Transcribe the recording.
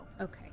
Okay